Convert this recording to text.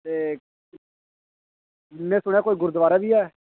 ते में सुनेआं कोई गुरद्वारा बी है